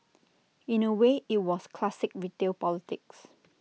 in A way IT was classic retail politics